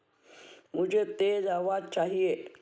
मुझे तेज़ आवाज़ चाहिए